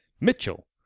Mitchell